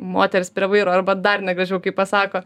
moteris prie vairo arba dar negražiau kai pasako